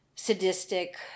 sadistic